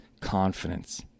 confidence